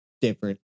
different